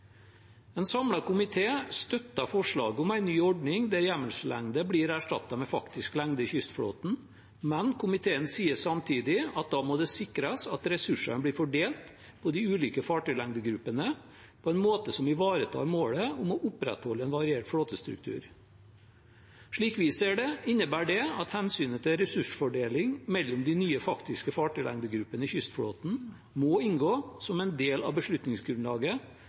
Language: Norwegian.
En samlet komité støtter forslaget om en ny ordning der hjemmelslengde blir erstattet med faktisk lengde i kystflåten, men komiteen sier samtidig at da må det sikres at ressursene blir fordelt på de ulike fartøylengdegruppene på en måte som ivaretar målet om å opprettholde en variert flåtestruktur. Slik vi ser det, innebærer det at hensynet til ressursfordeling mellom de nye faktiske fartøylengdegruppene i kystflåten må inngå som en del av beslutningsgrunnlaget